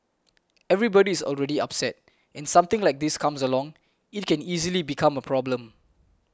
everybody is already upset and something like this comes along it can easily become a problem